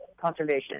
conservation